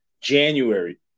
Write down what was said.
January